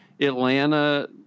Atlanta